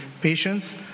patients